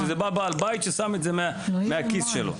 בא בעל בית ששם את זה מהכיס שלו.